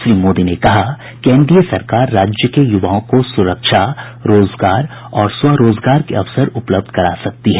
श्री मोदी ने कहा कि एनडीए सरकार राज्य के युवाओं को सुरक्षा रोजगार और स्वरोजगार के अवसर उपलब्ध करा सकती है